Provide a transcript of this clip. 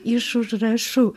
iš užrašų